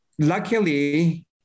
luckily